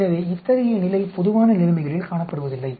எனவே இத்தகைய நிலை பொதுவான நிலைமைகளில் காணப்படுவதில்லை